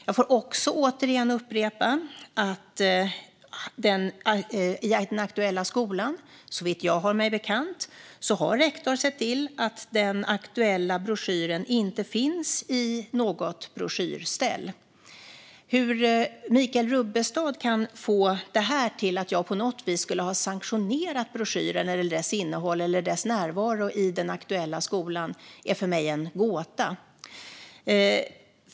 Jag får också återigen upprepa att såvitt jag vet har rektorn i den aktuella skolan sett till att denna broschyr inte längre finns i något broschyrställ. Hur Michael Rubbestad kan få detta till att jag på något vis skulle ha sanktionerat broschyren, dess innehåll eller dess närvaro i den aktuella skolan är för mig en gåta.